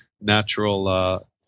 natural